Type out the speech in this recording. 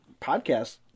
podcast